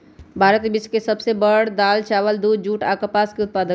भारत विश्व के सब से बड़ दाल, चावल, दूध, जुट आ कपास के उत्पादक हई